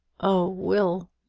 oh, will,